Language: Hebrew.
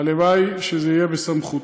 הלוואי שזה יהיה בסמכותי.